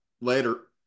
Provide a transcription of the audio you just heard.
Later